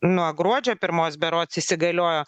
nuo gruodžio pirmos berods įsigaliojo